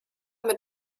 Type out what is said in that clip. mit